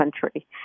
country